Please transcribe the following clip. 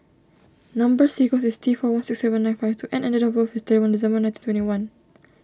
Number Sequence is T four one six seven nine five two N and date of birth is thirty one December nineteen twenty one